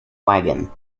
wagon